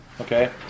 okay